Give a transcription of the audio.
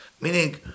meaning